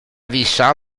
deixar